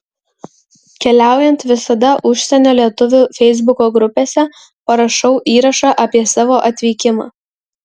keliaujant visada užsienio lietuvių feisbuko grupėse parašau įrašą apie savo atvykimą